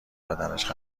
بدنش